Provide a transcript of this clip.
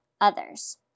others